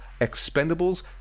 Expendables